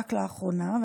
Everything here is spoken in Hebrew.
רק לאחרונה,